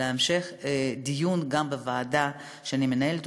להמשיך את הדיון גם בוועדה שאני מנהלת,